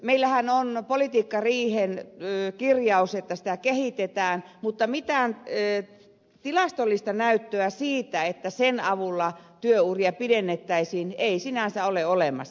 meillähän on politiikkariihen kirjaus että sitä kehitetään mutta mitään tilastollista näyttöä siitä että sen avulla työuria pidennettäisiin ei sinänsä ole olemassa